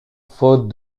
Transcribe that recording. faute